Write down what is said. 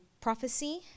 Prophecy